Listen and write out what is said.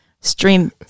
stream